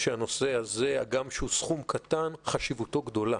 שהנושא הזה, הגם שהוא סכום קטן חשיבותו גדולה.